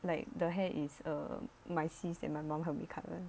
like the hair is err my sister and my mom help me cut one